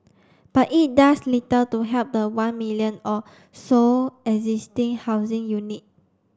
but it does little to help the one million or so existing housing unit